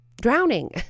drowning